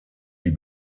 die